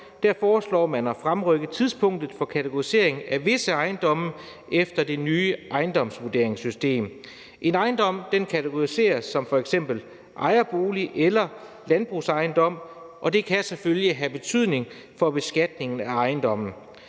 Der foreslår man at fremrykke tidspunktet for kategoriseringen af visse ejendomme efter det nye ejendomsvurderingssystem. En ejendom kategoriseres som f.eks. ejerbolig eller landbrugsejendom, og det kan selvfølgelig have betydning for beskatningen af ejendommen.